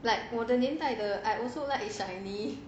like 我的年代的 I also like shinee